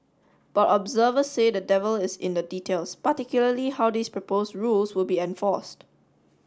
but observers say the devil is in the details particularly how these proposed rules would be enforced